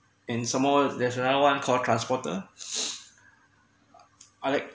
and some more there's another one called transporter I like